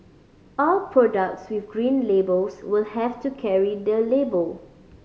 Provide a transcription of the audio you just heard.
all products with Green Labels will have to carry the label